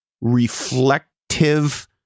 reflective